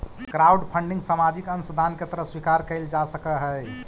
crowdfunding सामाजिक अंशदान के तरह स्वीकार कईल जा सकऽहई